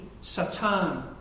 Satan